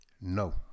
No